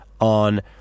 on